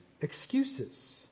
excuses